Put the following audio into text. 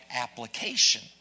application